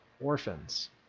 orphans